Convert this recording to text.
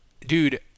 dude